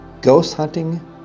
Ghost-hunting